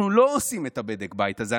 אנחנו לא עושים את בדק הבית הזה,